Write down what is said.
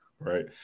right